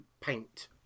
paint